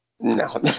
No